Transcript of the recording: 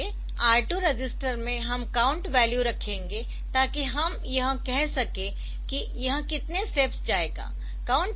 इसलिए R2 register में हम काउंट वैल्यू रखेंगे ताकि हम यह कह सकें कि यह कितने स्टेप्स जाएगा